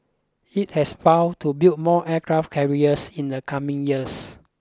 it has vowed to build more aircraft carriers in the coming years